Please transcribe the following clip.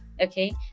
Okay